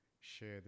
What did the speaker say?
share